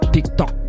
TikTok